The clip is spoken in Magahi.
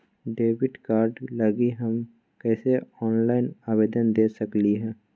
डेबिट कार्ड लागी हम कईसे ऑनलाइन आवेदन दे सकलि ह?